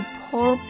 poor